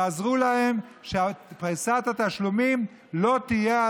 תעזרו להם כדי שלא תהיה על פריסת התשלומים ריבית.